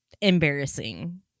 embarrassing